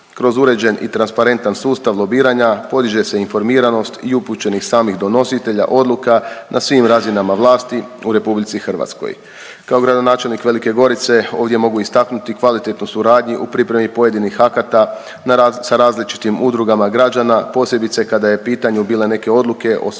Kroz uređen i transparentan sustav lobiranja podiže se informiranost i upućenih samih donositelja odluka na svim razinama vlasti u RH. Kao gradonačelnik Velike Gorice ovdje mogu istaknuti kvalitetnu suradnju u pripremi pojedinih akata sa različitim udrugama građana, posebice kada je u pitanju bile neke odluke o socijalnim